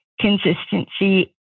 consistency